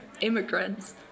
immigrants